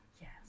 Yes